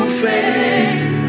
face